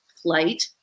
flight